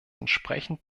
entsprechend